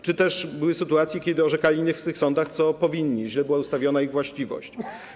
Były też sytuacje, kiedy orzekali nie w tych sądach, co powinni, źle była ustawiona ich właściwość.